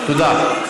תודה.